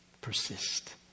persist